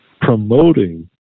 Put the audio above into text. promoting